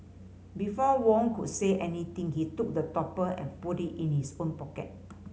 before Wong could say anything he took the topper and put it in his own pocket